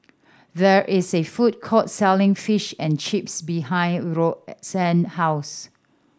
there is a food court selling Fish and Chips behind Roxann house